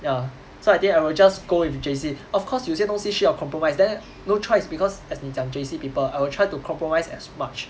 ya so I think I will just go with J_C of course 有些东西需要 compromise then no choice because as 你讲 J_C people I will try to compromise as much